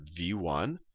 V1